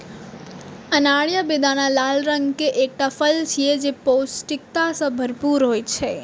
अनार या बेदाना लाल रंग के एकटा फल छियै, जे पौष्टिकता सं भरपूर होइ छै